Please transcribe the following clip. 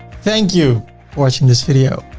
thank you for watching this video.